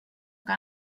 que